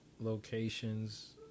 locations